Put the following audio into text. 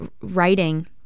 writing